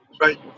right